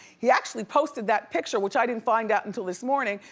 he actually posted that picture, which i didn't find out until this morning,